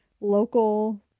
local